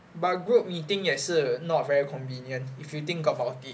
but group meeting 也是 not very convenient if you think about it